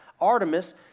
Artemis